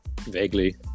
Vaguely